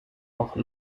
auch